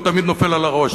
הוא תמיד נופל על הראש.